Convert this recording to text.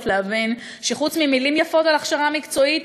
להבין שחוץ ממילים יפות על הכשרה מקצועית,